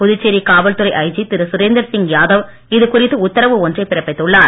புதுச்சேரி காவல்துறை ஐஜி திரு சுரேந்தர் சிங் யாதவ் இதுகுறித்து உத்தரவு ஒன்றை பிறப்பித்துள்ளார்